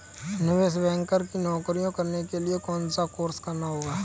निवेश बैंकर की नौकरी करने के लिए कौनसा कोर्स करना होगा?